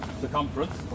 circumference